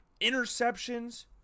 interceptions